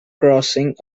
crossing